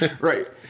right